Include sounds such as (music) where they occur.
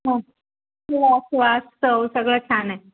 हो (unintelligible) वास चव सगळं छान आहे